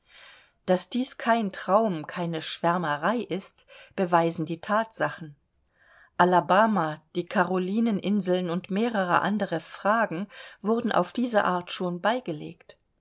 daß dies kein traum keine schwärmerei ist beweisen die thatsachen alabama die karolineninseln und mehrere andere fragen wurden auf diese art schon beigelegt